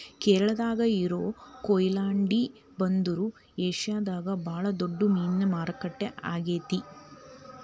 ಕೇರಳಾದಾಗ ಇರೋ ಕೊಯಿಲಾಂಡಿ ಬಂದರು ಏಷ್ಯಾದಾಗ ಬಾಳ ದೊಡ್ಡ ಮೇನಿನ ಮಾರ್ಕೆಟ್ ಆಗೇತಿ